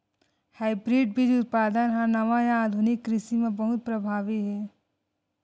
hybrid बीज उत्पादन हा नवा या आधुनिक कृषि मा बहुत प्रभावी हे